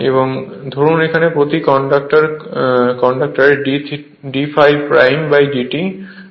এখন ধরুন প্রতি কন্ডাক্টর করতে d∅ dt ভোল্ট প্রয়োজন